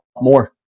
more